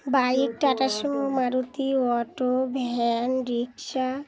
bike Tata Sumo Maruti auto van rickshaw